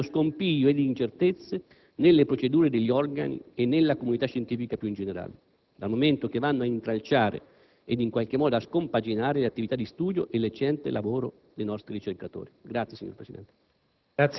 creando scompiglio e incertezze nelle procedure degli organi e nella comunità scientifica più in generale, dal momento che vanno a intralciare e in qualche modo a scompaginare le attività di studio e l'eccellente lavoro dei nostri ricercatori. *(Applausi dal